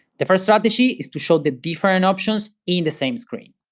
the first strategy is to show the different options in the same screen.